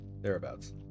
thereabouts